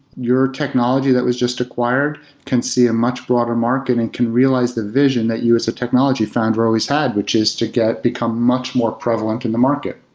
your technology that was just acquired can see a much broader market and can realize the vision that you as a technology founder always had, which is to become much more prevalent in the market.